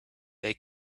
they